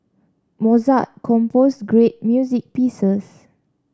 Mozart composed great music pieces